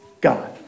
God